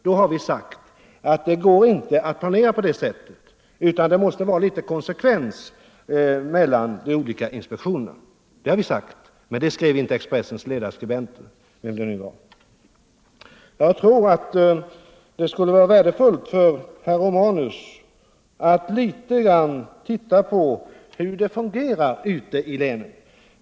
Vi har sagt att det inte går att planera på det sättet, utan det måste vara litet konsekvens i handlandet vid de olika inspektionerna - men det skrev inte Expressens ledarskribent, vem det nu var. Det skulle nog vara värdefullt för herr Romanus att litet grand titta Nr 120 på hur det fungerar ute i länen.